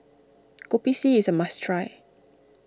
Kopi C is a must try